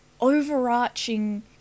overarching